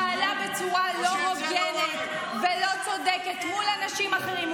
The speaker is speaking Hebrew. אם משטרת ישראל פעלה בצורה לא הוגנת ולא צודקת מול אנשים אחרים,